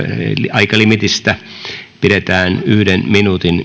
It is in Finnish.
aikalimiitistä pidetään yhden minuutin